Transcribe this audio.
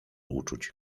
uczuć